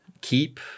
keep